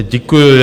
Děkuji.